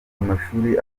amashuri